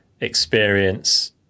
experience